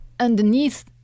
Underneath